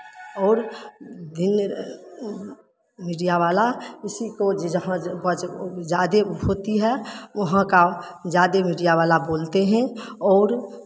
और मीडिया वाला इसी को ज़्यादे होती है वहाँ का ज़्यादे मीडिया वाला बोलते हैं और